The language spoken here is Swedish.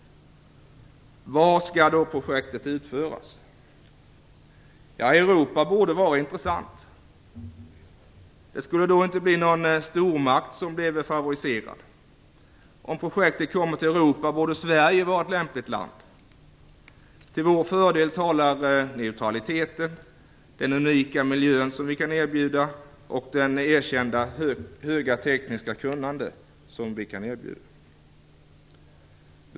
Var skall då projektet utföras? Europa borde vara intressant. Då skulle inte någon stormakt bli favoriserad. Om projektet kommer till Europa borde Sverige vara ett lämpligt land. Till vår fördel talar neutraliteten, den unika miljö som vi kan erbjuda och det erkänt höga tekniska kunnandet som vi kan erbjuda.